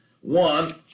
One